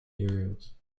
materials